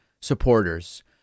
supporters